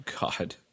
God